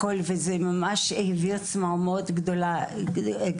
זה העביר בי צמרמורת גדולה.